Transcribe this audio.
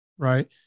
right